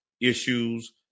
issues